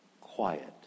quiet